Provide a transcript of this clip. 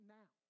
now